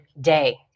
day